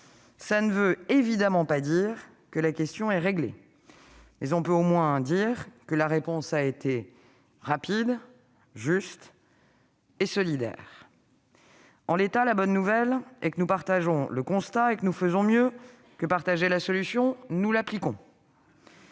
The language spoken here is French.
signifie certainement pas que la question est réglée, mais on peut au moins dire que la réponse a été rapide, juste et solidaire. En l'état, la bonne nouvelle est que nous faisons le même constat et que nous faisons mieux que partager la solution : nous l'appliquons.